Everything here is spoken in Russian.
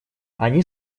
они